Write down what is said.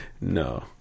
No